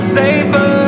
safer